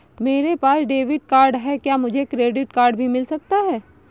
मेरे पास debit card है क्या मुझे क्रेडिट कार्ड भी मिल सकता है?